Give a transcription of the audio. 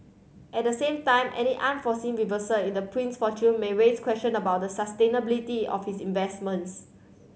at the same time any unforeseen reversal in the prince's fortune may raise question about the sustainability of his investments